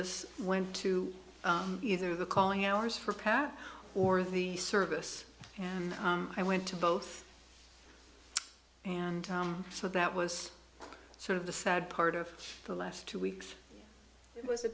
us went to either the calling hours for pat or the service i went to both and so that was sort of the sad part of the last two weeks it was a